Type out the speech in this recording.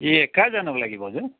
ए कहाँ जानुको लागि भाउजू